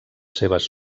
seves